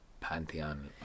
pantheon